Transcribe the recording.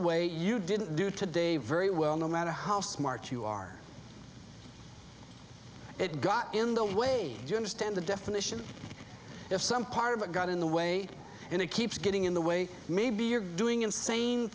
way you didn't do today very well no matter how smart you are it got in the way you understand the definition if some part of it got in the way and it keeps getting in the way maybe you're doing insane